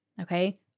okay